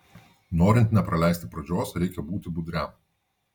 norint nepraleisti pradžios reikia būti budriam